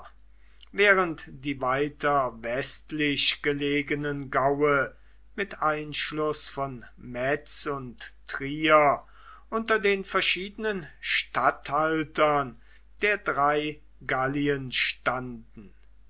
während die weiter westlich gelegenen gaue mit einschluß von metz und trier unter den verschiedenen statthaltern der drei gallien standen